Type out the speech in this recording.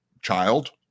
child